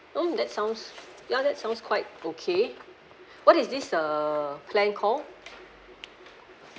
um that sounds ya that sounds quite okay what is this err plan called